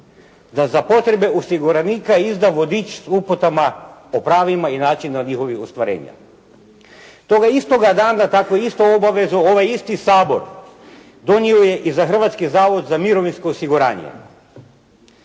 da za potrebe osiguranika izda vodič s uputama o pravima i načinu njihovih ostvarenja. Toga istoga dana takvu istu obavezu ovaj isti Sabor donio je i za Hrvatski zavod za mirovinsko osiguranje.